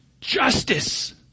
Justice